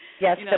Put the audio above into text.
Yes